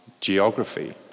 geography